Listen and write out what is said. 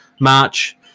March